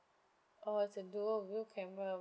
oh it's a dual view camera